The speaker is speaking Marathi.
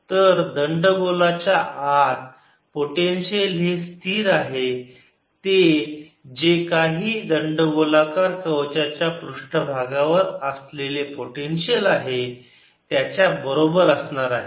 तर दंड गोलाच्या आत पोटेन्शियल हे स्थिर आहे ते जे काही दंडगोलाकार कवचाच्या पृष्ठभागावर असलेले पोटेन्शिअल आहे त्याच्या बरोबर असणार आहे